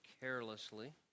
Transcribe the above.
carelessly